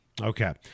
Okay